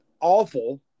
awful